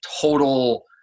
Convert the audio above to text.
total